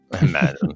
imagine